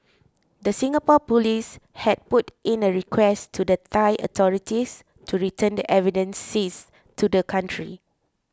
the Singapore police had put in a request to the Thai authorities to return the evidence seized to the country